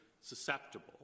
susceptible